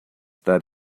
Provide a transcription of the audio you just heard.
that